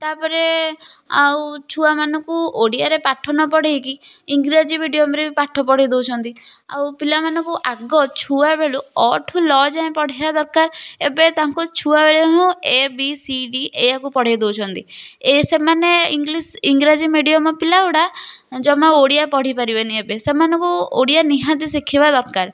ତା ପରେ ଆଉ ଛୁଆମାନଙ୍କୁ ଓଡ଼ିଆରେ ପାଠ ନ ପଢ଼େଇକି ଇଂରାଜୀ ମିଡ଼ିଅମ୍ରେ ବି ପାଠ ପଢ଼େଇ ଦେଉଛନ୍ତି ଆଉ ପିଲାମାନଙ୍କୁ ଆଗ ଛୁଆ ବେଳୁ ଅ ଠୁ ଲ ଯାଏଁ ପଢ଼େଇବା ଦରକାର ଏବେ ତାଙ୍କୁ ଛୁଆ ବେଳୁ ହିଁ ଏ ବି ସି ଡ଼ି ଏୟାକୁ ପଢ଼େଇ ଦେଉଛନ୍ତି ଏ ସେମାନେ ଇଂଗ୍ଲିଶ୍ ଇଂରାଜୀ ମିଡ଼ିଅମ୍ ପିଲାଗୁଡ଼ା ଜମା ଓଡ଼ିଆ ପଢ଼ି ପାରିବେନି ଏବେ ସେମାନଙ୍କୁ ଓଡ଼ିଆ ନିହାତି ସିଖେଇବା ଦରକାର